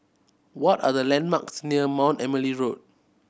what are the landmarks near Mount Emily Road